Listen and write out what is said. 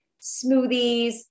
smoothies